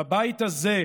בבית הזה,